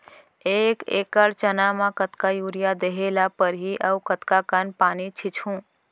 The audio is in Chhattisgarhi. एक एकड़ चना म कतका यूरिया देहे ल परहि अऊ कतका कन पानी छींचहुं?